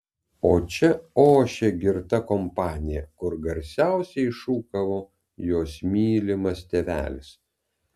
o čia ošė girta kompanija kur garsiausiai šūkavo jos mylimas tėvelis